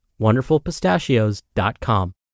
wonderfulpistachios.com